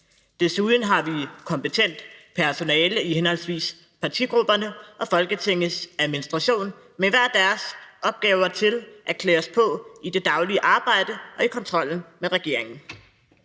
Desuden har vi kompetent personale i henholdsvis partigrupperne og Folketingets Administration med hver deres opgaver til at klæde os på i det daglige arbejde og i kontrollen med regeringen.